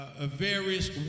various